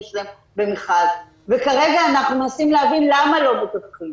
שלהם --- וכרגע אנחנו מנסים להבין למה לא מדווחים.